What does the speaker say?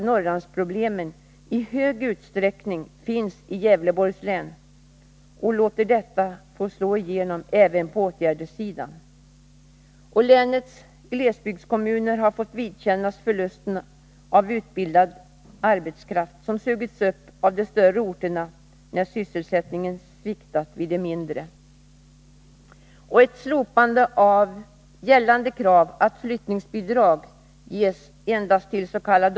Norrlandsproblemen i stor utsträckning finns i Gävleborgs län och låter detta få slå igenom även på åtgärdssidan. Länets glesbygdskommuner har fått vidkännas förlust av utbildad arbetskraft, som sugits upp av de större orterna när sysselsättningen sviktat på de mindre. Ett slopande av gällande bestämmelse att flyttningsbidrag ges endast tills.k.